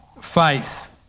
faith